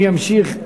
אם ימשיך,